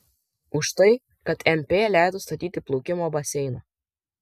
už tai kad mp leido statyti plaukimo baseiną